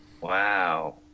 Wow